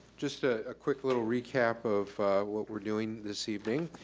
just a ah quick little recap of what we're doing this evening.